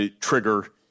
trigger